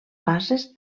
fases